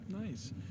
nice